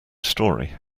story